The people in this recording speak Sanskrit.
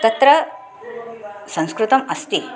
तत्र संस्कृतम् अस्ति